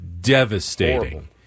devastating